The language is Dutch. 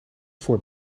voor